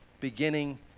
beginning